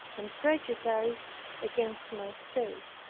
and prejudiced against my state.